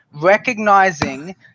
Recognizing